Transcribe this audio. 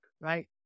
right